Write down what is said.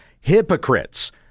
hypocrites